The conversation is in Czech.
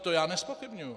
To já nezpochybňuji.